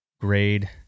grade